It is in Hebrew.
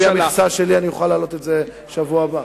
על-פי המכסה שלי אני אוכל להעלות את זה בשבוע הבא.